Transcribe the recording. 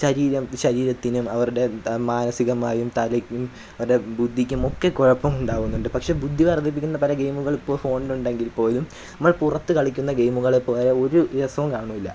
ശരീരം ശരീരത്തിനും അവരുടെ മാനസികമായും തലക്കും അവരുടെ ബുദ്ധിക്കും ഒക്കെ കുഴപ്പം ഉണ്ടാകുന്നുണ്ട് പക്ഷെ ബുദ്ധിവർദ്ധിപ്പിക്കുന്ന പല ഗെയിമുകളിപ്പോൾ ഫോണിലുണ്ടെങ്കിൽപ്പോലും നമ്മൾ പുറത്ത് കളിക്കുന്ന ഗെയിമുകളെപ്പോലെ ഒരു രസവും കാണില്ല